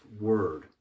word